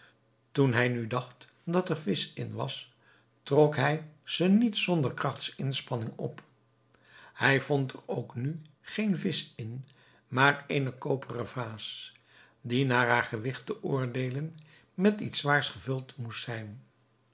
toen hij nu dacht dat er visch in was trok hij ze niet zonder krachtsinspanning op hij vond er ook nu geen visch in maar eene koperen vaas die naar haar gewigt te oordeelen met iets zwaars gevuld moest zijn